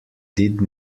did